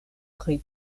pri